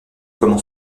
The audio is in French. comment